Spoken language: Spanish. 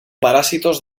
parásitos